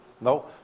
No